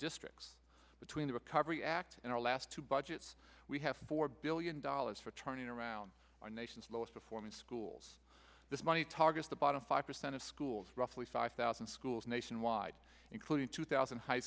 districts between the recovery act and our last two budgets we have four billion dollars for turning around our nation's most a form in schools this money targets the bottom five percent of schools roughly five thousand schools nationwide including two thousand high